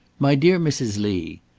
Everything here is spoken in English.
my dear mrs. lee,